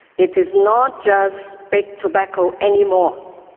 it is not just big tobacco anymore.